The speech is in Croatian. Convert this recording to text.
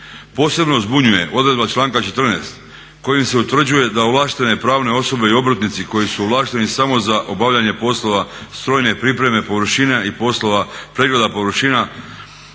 Posebno zbunjuje odredba članka 14. kojim se utvrđuje da ovlaštene pravne osobe i obrtnici koji su ovlašteni samo za obavljanje poslova strojne pripreme, površine i poslova pregleda površina